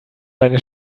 seine